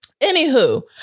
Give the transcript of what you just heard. anywho